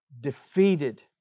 defeated